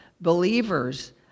believers